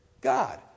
god